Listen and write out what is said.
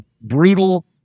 brutal